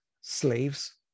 slaves